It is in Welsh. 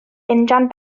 injan